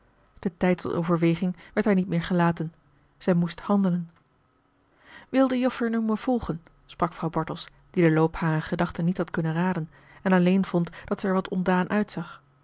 de tijd tot overweging werd haar niet meer gelaten zij moest handelen wil de joffer nu maar volgen sprak vrouw bartels die den loop harer gedachten niet had kunnen raden en alleen vond dat zij er wat ontdaan uitzag